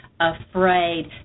afraid